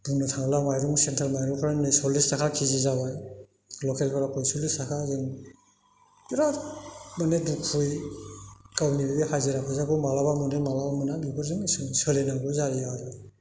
बुंनो थाङोब्ला माइरं सेन्ट्रेल माइरंफ्रानो सल्लिस थाखा के जि जाबाय लकेलफोरा पयस'ल्लिस थाखा बिराद माने दुखुयै गावनि बे हाजिरा फैसाखौ माब्लाबा मोनो माब्लाबा मोना बेफोरजोंनो जों सोलिनांगौ जायो आरो